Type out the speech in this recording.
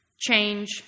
change